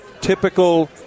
typical